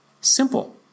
Simple